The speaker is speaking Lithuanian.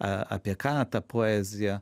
apie ką ta poezija